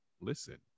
listen